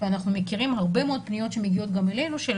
ואנחנו מכירים הרבה מאוד פניות שמגיעות גם אלינו של